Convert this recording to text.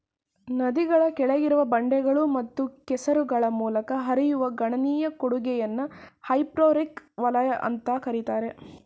ನದಿಯ ಕೆಳಗಿರುವ ಬಂಡೆಗಳು ಮತ್ತು ಕೆಸರುಗಳ ಮೂಲಕ ಹರಿಯುವ ಗಣನೀಯ ಕೊಡುಗೆಯನ್ನ ಹೈಪೋರೆಕ್ ವಲಯ ಅಂತ ಕರೀತಾರೆ